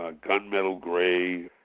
ah gunmetal gray.